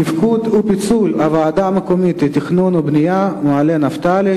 תפקוד ופיצול הוועדה המקומית לתכנון ובנייה מעלה-נפתלי,